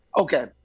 Okay